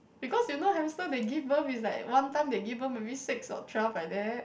because you know hamster they give birth is like one time they give birth maybe six or twelve like that